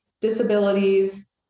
disabilities